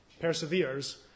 perseveres